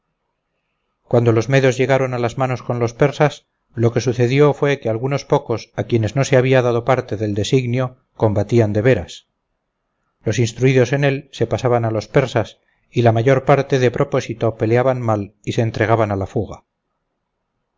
cuando los medos llegaron a las manos con los persas lo que sucedió fue que algunos pocos a quienes no se había dado parte del designio combatían de veras los instruidos en él se pasaban a los persas y la mayor parte de propósito peleaban mal y se entregaban a la fuga